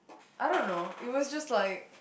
I don't know it was just like